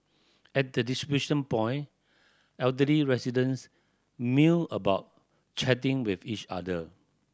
at the distribution point elderly residents mill about chatting with each other